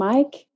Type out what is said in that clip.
Mike